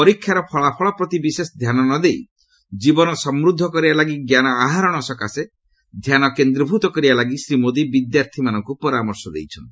ପରୀକ୍ଷାର ଫଳାଫଳ ପ୍ରତି ବିଶେଷ ଧ୍ୟାନ ନ ଦେଇ ଜୀବନ ସମୃଦ୍ଧ କରିବାଲାଗି ଜ୍ଞାନ ଆହରଣ ସକାଶେ ଧ୍ୟାନ କେନ୍ଦ୍ରୀଭୂତ କରିବାଲାଗି ଶ୍ରୀ ମୋଦି ବିଦ୍ୟାର୍ଥୀମାନଙ୍କୁ ପରାମର୍ଶ ଦେଇଛନ୍ତି